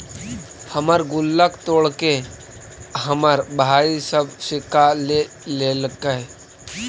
हमर गुल्लक तोड़के हमर भाई सब सिक्का ले लेलके